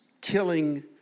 killing